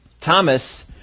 Thomas